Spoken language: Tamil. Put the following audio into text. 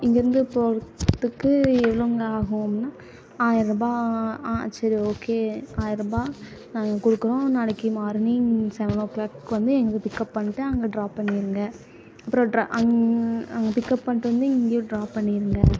இங்கேருந்து போகிறத்துக்கு எவ்வளோங்க ஆகும் அப்படின்னா ஆயர்ரூருபா ஆ சரி ஓகே ஆயர்ரூபா நாங்கள் கொடுக்குறோம் நாளைக்கு மார்னிங் செவன் ஓ க்ளாக் வந்து எங்களை பிக்கப் பண்ணிட்டு அங்கே ட்ராப் பண்ணிடுங்க அப்புறம் ட்ரா அங்கே பிக்கப் பண்ணிட்டு வந்து இங்கே ட்ராப் பண்ணிடுங்க